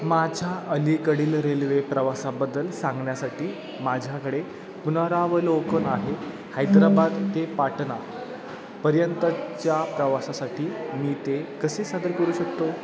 माझ्या अलीकडील रेल्वे प्रवासाबद्दल सांगण्यासाठी माझ्याकडे पुनरावलोकन आहे हैदराबाद ते पाटणा पर्यंतच्या प्रवासासाठी मी ते कसे सादर करू शकतो